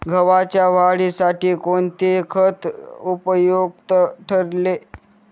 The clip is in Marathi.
गव्हाच्या वाढीसाठी कोणते खत उपयुक्त ठरेल?